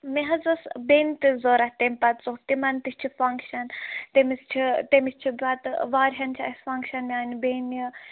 مےٚ حظ ٲس بیٚنہِ تہِ ضروٗرت تَمہِ پَتہٕ ژوٚٹ تِمَن تہِ چھِ فَنٛگشَن تٔمِس چھِ تٔمِس چھِ پَتہٕ واریاہَن چھِ اَسہِ فَنٛکشَن میٛانہِ بیٚنہِ